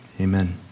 Amen